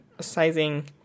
sizing